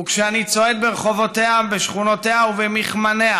כשאני צועד ברחובותיה ובשכונותיה ובמכמניה,